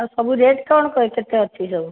ଆଉ ସବୁ ରେଟ୍ କଣ କେତେ ଅଛି ସବୁ